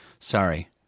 sorry